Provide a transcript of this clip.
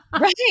Right